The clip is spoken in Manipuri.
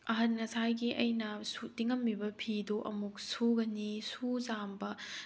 ꯑꯍꯟ ꯉꯁꯥꯏꯒꯤ ꯑꯩꯅ ꯇꯤꯡꯉꯝꯃꯤꯕ ꯐꯤꯗꯨ ꯑꯃꯨꯛ ꯁꯨꯒꯅꯤ ꯁꯨ ꯆꯥꯝꯕ